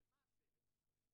דווקא במאמר שאני שותף בו,